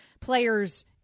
players